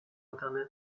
internet